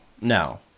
No